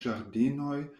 ĝardenoj